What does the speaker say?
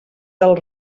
del